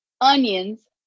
onions